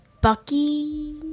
Bucky